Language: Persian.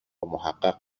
محقق